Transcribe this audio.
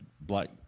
black